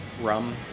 rum